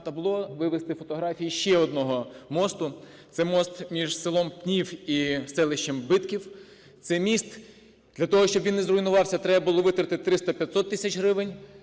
вивести фотографію ще одного мосту. Це міст між селом Пнів і селищем Битків. Цей міст для того, щоби він не зруйнувався, треба було витратити 300-500 тисяч гривень,